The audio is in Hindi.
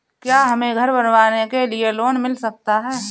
क्या हमें घर बनवाने के लिए लोन मिल सकता है?